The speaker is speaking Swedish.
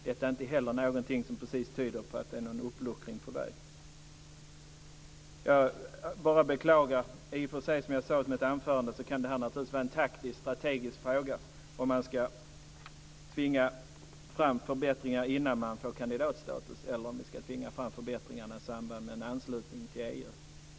Detta är inte heller någonting som tyder på en uppluckring. Som jag sade i mitt anförande kan detta vara en taktisk, strategisk, fråga om man ska tvinga fram förbättringar innan status som kandidatland ges eller om förbättringarna ska tvingas fram i samband med en anslutning till EU.